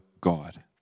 God